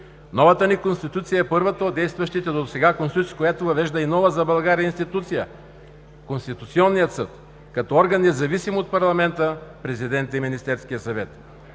Новата ни Конституция е първата от действащите досега конституции, която въвежда и нова за България институция – Конституционният съд, като орган независим от парламента, президента и Министерския съвет.